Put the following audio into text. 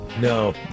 No